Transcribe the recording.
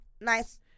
nice